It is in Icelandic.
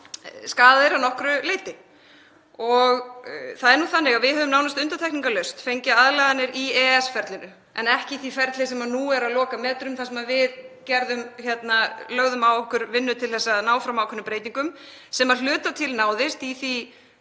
skaðaðir að nokkru leyti. Það er nú þannig að við höfum nánast undantekningarlaust fengið aðlaganir í EES-ferlinu en ekki í því ferli sem nú er á lokametrunum þar sem við lögðum á okkur vinnu til að ná fram ákveðnum breytingum sem að hluta til náðust í því